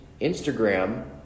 Instagram